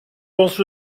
lance